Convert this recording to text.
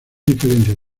diferencia